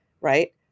right